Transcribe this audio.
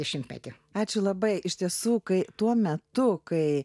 dešimtmetį ačiū labai iš tiesų kai tuo metu kai